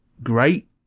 Great